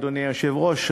אדוני היושב-ראש,